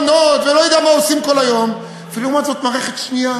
עכשיו, לא יודע מה זה מערכת שחורה ומערכת לבנה,